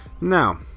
Now